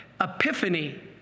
Epiphany